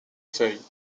feuilles